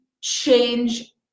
change